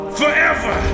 forever